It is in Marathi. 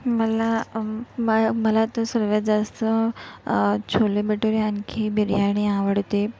मला मा मला तर सर्वात जास्त छोले भटुरे आणखी बिर्याणी आवडते